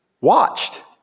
watched